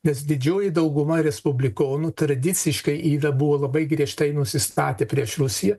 nes didžioji dauguma respublikonų tradiciškai yra buvo labai griežtai nusistatę prieš rusiją